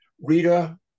Rita